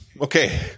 Okay